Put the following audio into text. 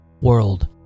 world